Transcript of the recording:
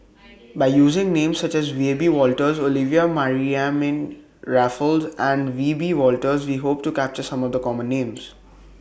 By using Names such as Wiebe Wolters Olivia Mariamne Raffles and Wiebe Wolters We Hope to capture Some of The Common Names